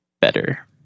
better